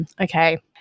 Okay